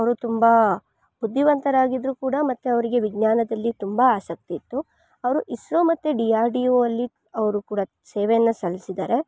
ಅವರು ತುಂಬ ಬುದ್ದಿವಂತರಾಗಿದ್ರು ಕೂಡ ಮತ್ತು ಅವರಿಗೆ ವಿಜ್ಞಾನದಲ್ಲಿ ತುಂಬ ಆಸಕ್ತಿ ಇತ್ತು ಅವರು ಇಸ್ರೊ ಮತ್ತು ಡಿ ಆರ್ ಡಿ ಓ ಅಲ್ಲಿ ಅವರು ಕೂಡ ಸೇವೆಯನ್ನು ಸಲ್ಲಿಸಿದಾರೆ